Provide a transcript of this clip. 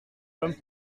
comme